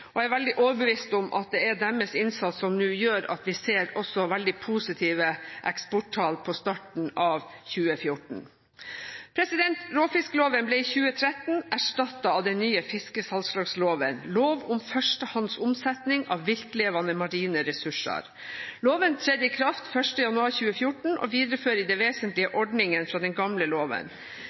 og jeg er veldig overbevist om at det er deres innsats som nå gjør at vi også ser veldig positive eksporttall ved starten av 2014. Råfiskloven ble i 2013 erstattet av den nye fiskesalgslagsloven, lov om førstehandsomsetning av viltlevande marine ressursar. Loven trådte i kraft 1. januar 2014 og viderefører i det vesentlige ordningene fra den gamle loven.